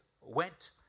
went